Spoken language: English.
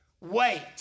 Wait